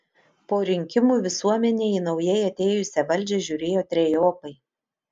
po rinkimų visuomenė į naujai atėjusią valdžią žiūrėjo trejopai